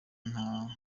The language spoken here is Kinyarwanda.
nta